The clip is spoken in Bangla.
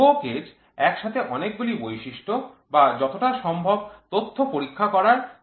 Go Gauge একসাথে অনেকগুলি বৈশিষ্ট্য বা যতটা সম্ভব তথ্য পরীক্ষা করার চেষ্টা করবে